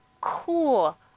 Cool